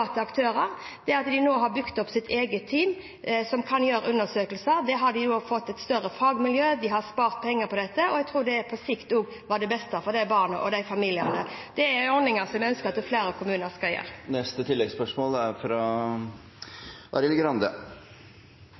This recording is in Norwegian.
nå har bygd opp sitt eget team som kan gjøre undersøkelser, har gjort at de har fått et større fagmiljø. De har spart penger på dette, og jeg tror at det på sikt var det beste for barna og familiene. Dette er en ordning som jeg ønsker at flere kommuner skal ha. Arild Grande – til oppfølgingsspørsmål. Årsakene til denne praksisen kan være mange. Det er